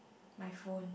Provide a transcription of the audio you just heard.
my phone